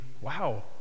wow